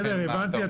הבנתי.